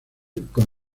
con